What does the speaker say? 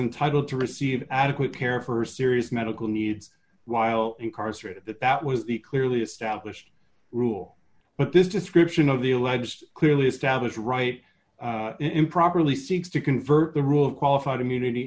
entitled to receive adequate care of her serious medical needs while incarcerated that that was the clearly established rule but this description of the alleged clearly established right improperly seeks to convert the rule of qualified immunity